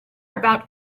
about